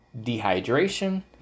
dehydration